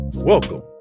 Welcome